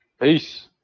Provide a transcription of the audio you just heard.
Peace